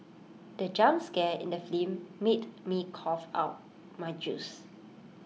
the jump scare in the film made me cough out my juice